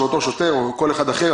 של אותו שוטר או כל אחד אחר,